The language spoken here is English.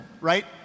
right